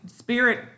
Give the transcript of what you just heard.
Spirit